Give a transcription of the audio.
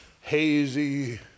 hazy